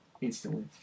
instantly